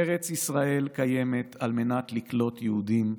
ארץ ישראל קיימת על מנת לקלוט יהודים,